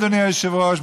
אדוני היושב-ראש,